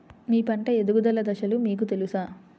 మీ పంట ఎదుగుదల దశలు మీకు తెలుసా?